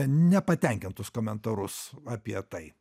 nepatenkintus komentarus apie tai